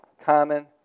common